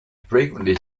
frequently